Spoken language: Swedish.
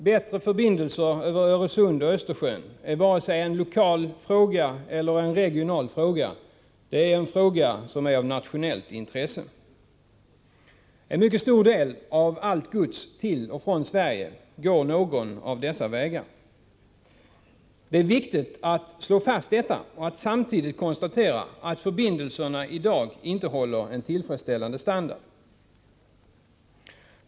Bättre förbindelser över Öresund och Östersjön är vare sig en lokal eller en regional fråga. Det är en fråga som är av nationellt intresse. En mycket stor del av allt gods till och från Sverige går över Öresund. Det är viktigt att slå fast detta och att samtidigt konstatera att förbindelserna i dag inte håller en tillfredsställande standard.